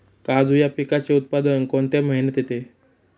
काजू या पिकाचे उत्पादन कोणत्या महिन्यात येते?